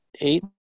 eight